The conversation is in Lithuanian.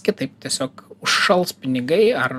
kitaip tiesiog šals pinigai ar